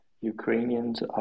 Ukrainians